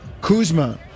Kuzma